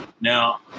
now